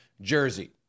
jersey